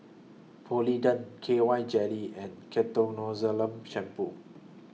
Polident K Y Jelly and Ketoconazole Shampoo